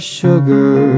sugar